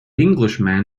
englishman